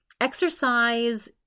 exercise